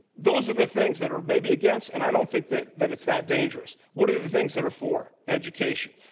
those are the things that are maybe against. and i don't think that that it's that dangerous. what are the things that are for? education.